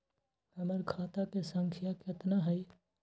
हमर खाता के सांख्या कतना हई?